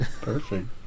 Perfect